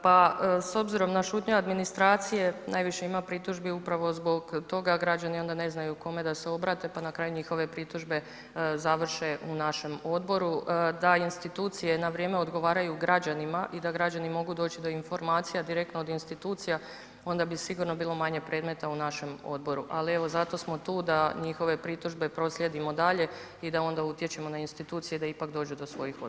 Pa s obzirom na šutnju administracije najviše ima pritužbi upravo zbog toga, građani onda ne znaju kome da se obrate, pa na kraju njihove pritužbe završe u našem odboru, da institucije na vrijeme odgovaraju građanima i da građani mogu doći do informacija direktno od institucija onda bi sigurno bilo manje predmeta u našem odboru, ali evo zato smo tu da njihove pritužbe proslijedimo dalje i da onda utječemo na institucije da ipak dođu do svojih odgovora.